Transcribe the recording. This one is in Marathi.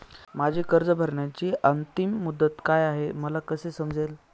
माझी कर्ज भरण्याची अंतिम मुदत काय, हे मला कसे समजेल?